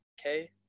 okay